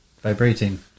vibrating